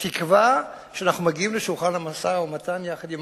תקווה שאנחנו מגיעים לשולחן המשא-ומתן יחד עם